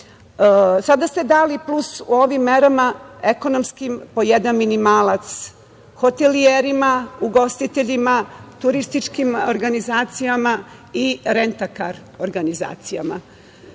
ste dali plus ovim merama ekonomskim, po jedan minimalac hotelijerima, ugostiteljima, turističkim organizacijama i renta kar organizacijama. Ja